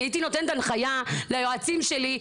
אני הייתי נותנת הנחייה ליועצים שלי,